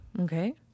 Okay